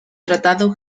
tratado